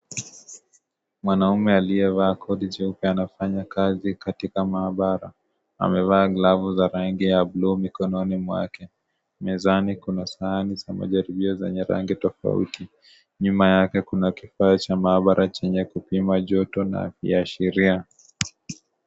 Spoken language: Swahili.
Mwanaume aliyevaa koti jeupe, anafanya kazi katikati mahabara. Amevaa glovu ya rangi ya buluu mikononi mwake. Mezani kuna sahani za majaribio zenye rangi tofauti. Nyuma yake kuna kifaa cha mahabara chenye kupima joto na viaashiria.